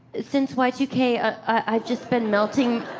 since y two k, ah i've just been melting.